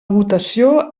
votació